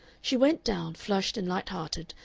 she went down, flushed and light-hearted,